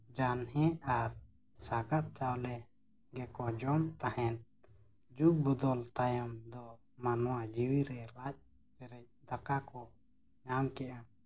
ᱡᱟᱱᱦᱮ ᱟᱨ ᱥᱟᱸᱜᱟᱛ ᱪᱟᱣᱞᱮ ᱜᱮᱠᱚ ᱡᱚᱢ ᱛᱟᱦᱮᱸᱫ ᱡᱩᱜᱽ ᱵᱚᱫᱚᱞ ᱛᱟᱭᱚᱢ ᱫᱚ ᱢᱟᱱᱚᱣᱟ ᱡᱤᱣᱤ ᱨᱮ ᱞᱟᱡ ᱯᱮᱨᱮᱡ ᱫᱟᱠᱟ ᱠᱚ ᱧᱟᱢ ᱠᱮᱫᱼᱟ